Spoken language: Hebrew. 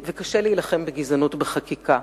וקשה להילחם בגזענות בחקיקה.